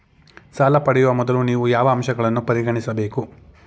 ಸಾಲ ಪಡೆಯುವ ಮೊದಲು ನೀವು ಯಾವ ಅಂಶಗಳನ್ನು ಪರಿಗಣಿಸಬೇಕು?